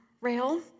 rail